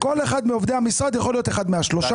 כל אחד מעובדי המשרד יכול להיות אחד מהשלושה.